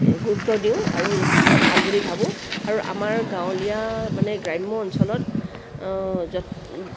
এই গুৰুত্ব দিওঁ আৰু যথেষ্ট ভাল বুলি ভাবোঁ আৰু আমাৰ গাঁৱলীয়া মানে গ্ৰাম্য অঞ্চলত য'ত